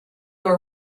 were